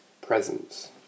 presence